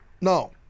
No